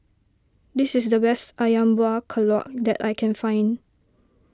this is the best Ayam Buah Keluak that I can find